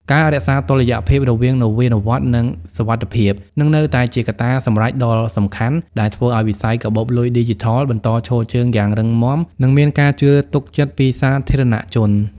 ការរក្សាតុល្យភាពរវាងនវានុវត្តន៍ និងសុវត្ថិភាព នឹងនៅតែជាកត្តាសម្រេចដ៏សំខាន់ដែលធ្វើឱ្យវិស័យកាបូបលុយឌីជីថលបន្តឈរជើងយ៉ាងរឹងមាំ និងមានការជឿទុកចិត្តពីសាធារណជន។